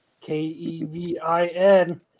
K-E-V-I-N